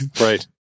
Right